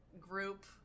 group